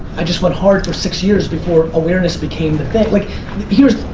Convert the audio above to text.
i just went hard for six years before awareness became the bit. like here's,